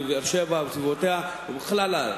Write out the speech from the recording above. בבאר-שבע ובסביבותיה ובכל הארץ.